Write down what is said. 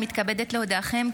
אני מתכבדת להודיעכם,